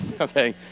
okay